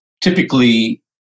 typically